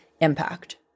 impact